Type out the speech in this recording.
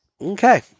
Okay